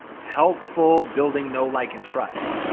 helpful, building know, like, and trust.